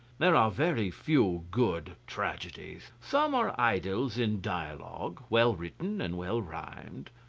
there are very few good tragedies some are idylls in dialogue, well written and well rhymed,